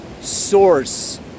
source